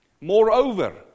Moreover